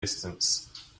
distance